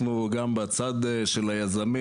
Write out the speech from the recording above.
אנחנו גם בצד של היזמים,